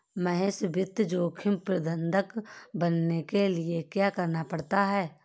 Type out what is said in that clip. महेश वित्त जोखिम प्रबंधक बनने के लिए क्या करना पड़ता है?